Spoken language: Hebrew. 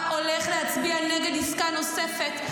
אתה הולך להצביע נגד עסקה נוספת,